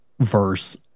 verse